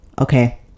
okay